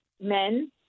men